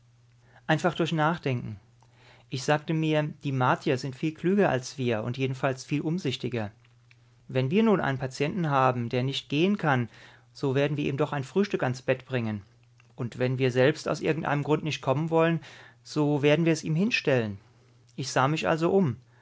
einfach durch nachdenken ich sagte mir die martier sind viel klüger als wir und jedenfalls viel umsichtiger wenn wir nun einen patienten haben der nicht gehen kann so werden wir ihm doch ein frühstück ans bett bringen und wenn wir selbst aus irgendeinem grund nicht kommen wollen so werden wir es ihm hinstellen ich sah mich also um